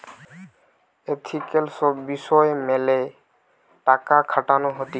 ethical সব বিষয় মেলে টাকা খাটানো হতিছে